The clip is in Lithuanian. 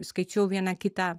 skaičiau vieną kitą